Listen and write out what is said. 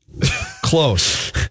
Close